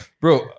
Bro